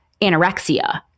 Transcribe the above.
anorexia